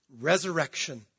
resurrection